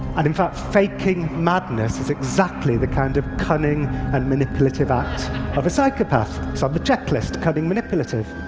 and in fact, faking madness is exactly the kind of cunning and manipulative act of a psychopath. it's on the checklist cunning, manipulative.